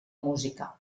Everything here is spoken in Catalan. música